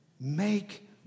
Make